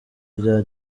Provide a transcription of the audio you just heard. bya